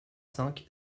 cinq